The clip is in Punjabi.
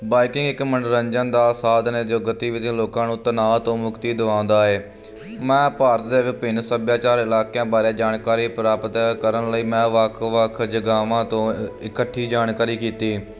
ਬਾਈਕਿੰਗ ਇੱਕ ਮਨੋਰੰਜਨ ਦਾ ਸਾਧਨ ਹੈ ਜੋ ਗਤੀਵਿਧੀਆਂ ਲੋਕਾਂ ਨੂੰ ਤਣਾਅ ਤੋਂ ਮੁਕਤੀ ਦਵਾਉਂਦਾ ਹੈ ਮਹਾਭਾਰਤ ਦੇ ਵਿਭਿੰਨ ਸੱਭਿਆਚਾਰ ਇਲਾਕਿਆਂ ਬਾਰੇ ਜਾਣਕਾਰੀ ਪ੍ਰਾਪਤ ਕਰਨ ਲਈ ਮੈਂ ਵੱਖ ਵੱਖ ਜਗ੍ਹਾ ਤੋਂ ਇਕੱਠੀ ਜਾਣਕਾਰੀ ਕੀਤੀ